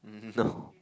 no